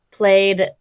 Played